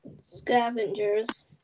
Scavengers